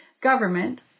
government